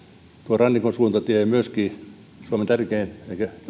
rannikon suuntainen tie ja myöskin suomen tärkein